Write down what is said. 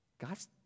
God's